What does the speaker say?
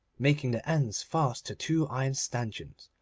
making the ends fast to two iron stanchions.